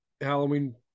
Halloween